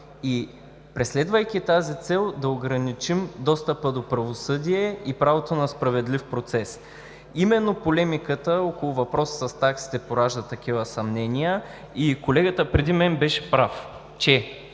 и, преследвайки тази цел, да ограничим достъпа до правосъдие и правото на справедлив процес. Именно полемиката около въпроса с таксите поражда такива съмнения и колегата преди мен беше прав, че